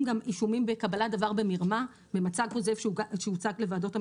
גם אישומים בקבלת דבר במרמה במצג כוזב שהוצג לוועדות המכרזים,